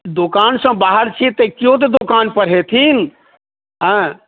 दोकानसँ बाहर छी तऽ केओ तऽ दोकानपर हेथिन एँ